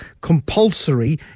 compulsory